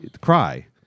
cry